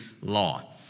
law